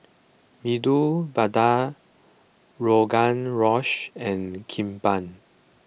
Medu Vada Rogan Rosh and Kimbap